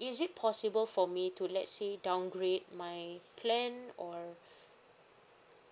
is it possible for me to let's say downgrade my plan or